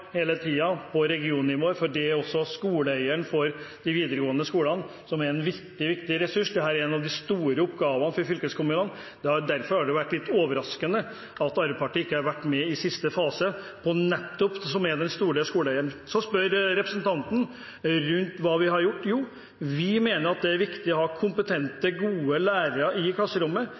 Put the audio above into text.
hele tiden vært krystallklare på regionnivået, fordi også skoleeieren for de videregående skolene er en viktig ressurs. Dette er en av de store oppgavene for fylkeskommunene, som nettopp er den store skoleeieren. Derfor har det vært litt overraskende at Arbeiderpartiet ikke har vært med i siste fase. Så spør representanten om hva vi har gjort. Vi mener at det er viktig å ha kompetente, gode lærere i klasserommet.